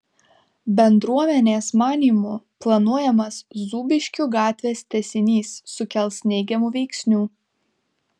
bendruomenės manymu planuojamas zūbiškių gatvės tęsinys sukels neigiamų veiksnių